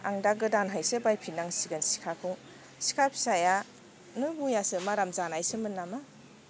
आं दा गोदानहायसो बायफिनांसिनगोन सिखाखौ सिखा फिसायानो बयासो माराम जानायसोमोन नामा